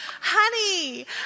honey